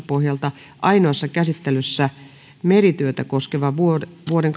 pohjalta ainoassa käsittelyssä merityötä koskevan vuoden vuoden